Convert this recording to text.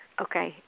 Okay